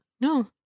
No